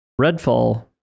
Redfall